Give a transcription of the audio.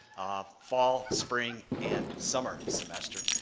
fall, spring, and summer semester.